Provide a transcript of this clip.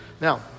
now